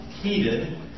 heated